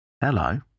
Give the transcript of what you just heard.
Hello